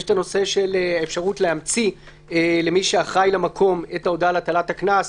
הנושא של אפשרות להמציא למי שאחראי למקום את ההודעה על הטלת הקנס,